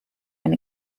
and